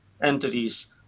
entities